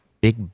big